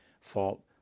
fault